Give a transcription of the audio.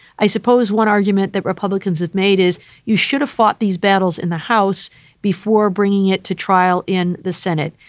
i suppose one argument that republicans have made is you should have fought these battles in the house before bringing it to trial in the senate.